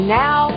now